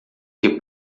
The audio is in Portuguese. que